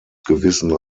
gewissen